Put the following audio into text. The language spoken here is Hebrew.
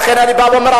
לכן אני בא ואומר,